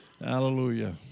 Hallelujah